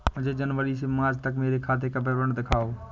मुझे जनवरी से मार्च तक मेरे खाते का विवरण दिखाओ?